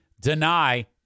deny